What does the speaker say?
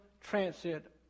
Transit